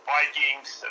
Vikings